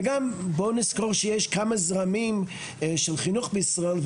וגם נזכור שיש כמה זרמים של חינוך בישראל,